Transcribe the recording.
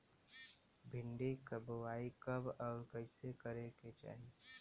भिंडी क बुआई कब अउर कइसे करे के चाही?